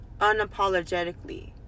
unapologetically